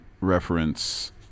reference